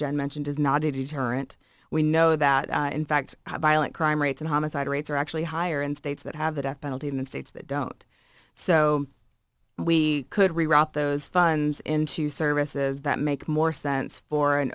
john mentioned is not a deterrent we know that in fact crime rates in homicide rates are actually higher in states that have the death penalty even in states that don't so we could reroute those funds into services that make more sense for an